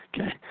Okay